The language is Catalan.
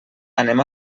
anem